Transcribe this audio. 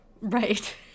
right